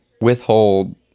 withhold